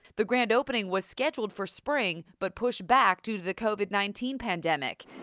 the grand opening was scheduled for spring, but pushed back due to the covid nineteen pandemic.